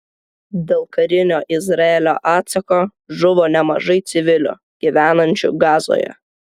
dėl karinio izraelio atsako žuvo nemažai civilių gyvenančių gazoje